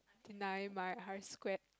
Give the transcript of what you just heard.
deny my R square